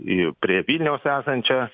į prie vilniaus esančią